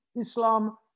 Islam